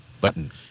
button